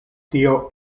tio